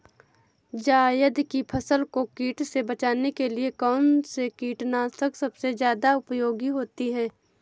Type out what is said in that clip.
जायद की फसल को कीट से बचाने के लिए कौन से कीटनाशक सबसे ज्यादा उपयोगी होती है?